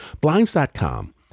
Blinds.com